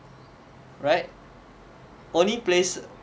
right only place